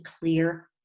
clear